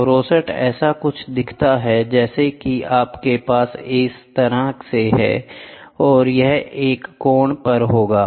तो रोसेट ऐसा कुछ दिखता है जैसा कि आपके पास इस तरह से है और यह एक कोण पर होगा